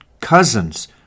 cousins